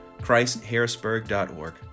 ChristHarrisburg.org